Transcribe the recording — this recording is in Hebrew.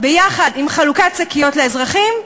יחד עם חלוקת שקיות לאזרחים,